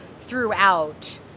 throughout